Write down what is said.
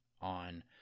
on